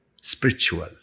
spiritual